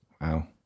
Wow